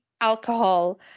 alcohol